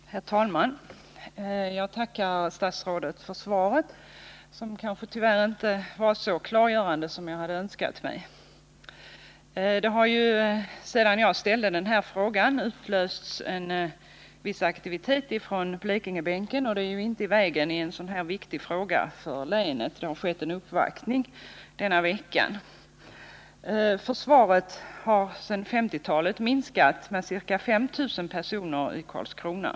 Herr talman! Jag tackar statsrådet för svaret, som tyvärr inte var så klargörande som jag hade önskat. Det har sedan jag ställde denna fråga utlösts en viss aktivitet på Blekingebänken, och det är inte i vägen i en för länet så viktig fråga. Det har Försvaret har sedan 1950-talet minskat med ca 5 000 personer i Karlskrona.